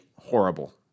horrible